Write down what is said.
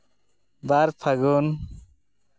ᱵᱟᱨ ᱯᱷᱟᱹᱜᱩᱱ